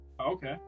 Okay